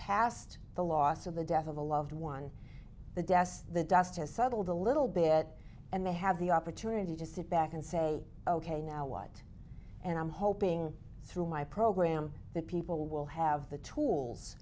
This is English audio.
past the loss of the death of a loved one the desk the dust has settled a little bit and they have the opportunity to sit back and say ok now what and i'm hoping through my program that people will have the tools